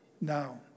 Now